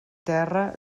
terra